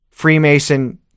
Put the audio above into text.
Freemason